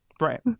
Right